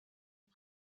las